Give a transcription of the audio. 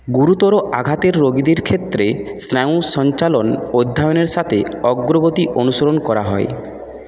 গুরুতর আঘাতের রোগীদের ক্ষেত্রে স্নায়ু সঞ্চালন অধ্যয়নের সাথে অগ্রগতি অনুসরণ করা হয়